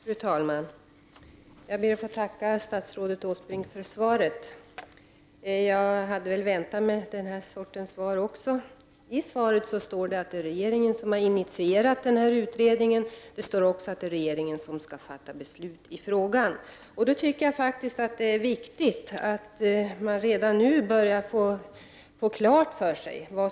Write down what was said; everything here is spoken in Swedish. Fru talman! Jag ber att få tacka statsrådet Åsbrink för svaret på min fråga, ett svar som jag också hade väntat mig. I svaret står att regeringen har initierat den översyn som generaltullstyrelsen gör. Det står också att regeringen skall fatta beslut i frågan. Jag tycker faktiskt det är viktigt att vi får veta vad som är på gång.